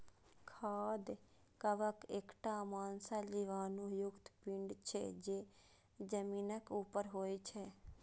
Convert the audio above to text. खाद्य कवक एकटा मांसल बीजाणु युक्त पिंड छियै, जे जमीनक ऊपर होइ छै